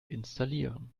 installieren